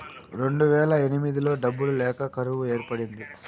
రెండువేల ఎనిమిదిలో డబ్బులు లేక కరువు ఏర్పడింది